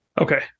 Okay